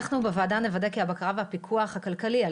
אנחנו בוועדה נוודא כי הבקרה והפיקוח הכלכלי על